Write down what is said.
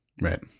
right